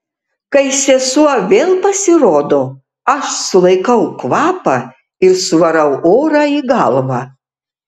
kai sesuo vėl pasirodo aš sulaikau kvapą ir suvarau orą į galvą